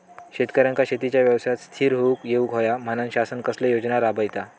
शेतकऱ्यांका शेतीच्या व्यवसायात स्थिर होवुक येऊक होया म्हणान शासन कसले योजना राबयता?